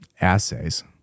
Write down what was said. assays